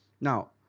Now